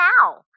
now